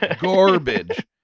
garbage